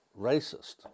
racist